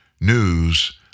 news